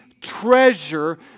treasure